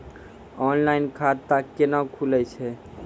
Online खाता केना खुलै छै?